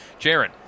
Jaron